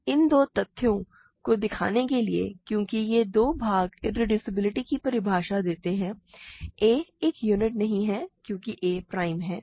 तो इन दो तथ्यों को दिखाने के लिए क्योंकि ये दो भाग इररेडूसिबिलिटी की परिभाषा देते हैं a एक यूनिट नहीं है क्योंकि a प्राइम है